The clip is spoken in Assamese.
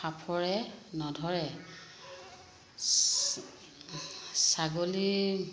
ফাপৰে নধৰে ছাগলী